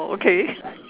oh okay